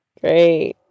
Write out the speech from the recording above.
Great